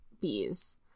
bees